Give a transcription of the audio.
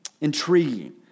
intriguing